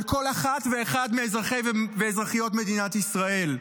על כל אחת ואחד מאזרחי ואזרחיות מדינת ישראל.